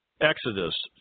Exodus